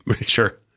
Sure